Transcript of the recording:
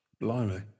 Blimey